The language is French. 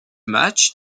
match